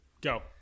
Go